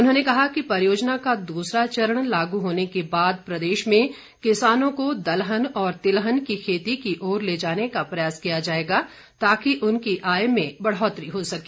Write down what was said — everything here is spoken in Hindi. उन्होंने कहा कि परियोजना का दूसरा चरण लागू होने के बाद प्रदेश में किसानों को दलहन और तिलहन की खेती की ओर ले जाने का प्रयास किया जाएगा ताकि उनकी आय में बढ़ोतरी हो सके